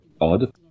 Odd